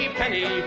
penny